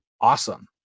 awesome